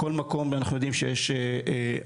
בכל מקום אנחנו יודעים שיש אמל"ח,